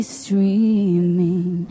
streaming